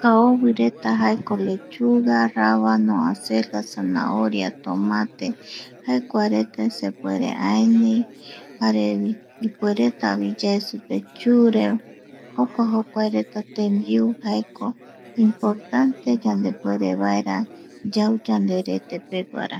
Kaovireta jaeko lechuga, rabano, acelga, zanahoria, tomate jae kuareta sepuere aeni jarevi ipueretavi yae supe chure jokuae jokuareta jaeko tembiu importante yau yanderete peguara.